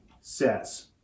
says